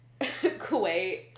Kuwait